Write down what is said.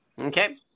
Okay